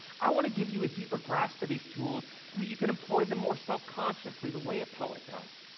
i want to give you a deeper grasp of these tools so that you can employ them more self-consciously, the way a poet does.